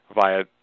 via